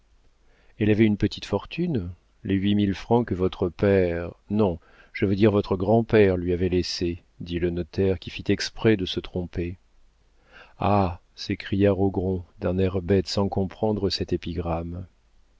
elle avait une petite fortune les huit mille francs que votre père non je veux dire votre grand-père lui avait laissés dit le notaire qui fit exprès de se tromper ah s'écria rogron d'un air bête sans comprendre cette épigramme